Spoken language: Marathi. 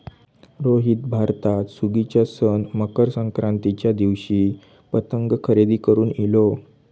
रोहित भारतात सुगीच्या सण मकर संक्रांतीच्या दिवशी पतंग खरेदी करून इलो